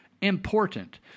Important